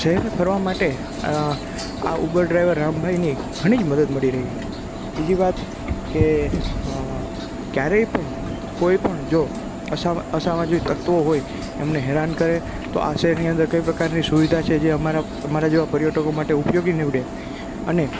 શહેરને ફરવા માટે આ ઉબર ડ્રાઈવર રામભાઈની ઘણી જ મદદ મળી રહી બીજી વાત કે ક્યારેય પણ કોઈ પણ જો અસામાજિક તત્વો હોય તો એમને હેરાન કરે તો આ શહેરની અંદર કઈ પ્રકારની સુવિધા છે જે અમારા અમારા જેવા પર્યટકો માટે ઉપયોગી નીવડે અને